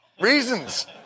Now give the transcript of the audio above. Reasons